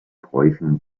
bräuchen